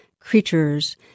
creatures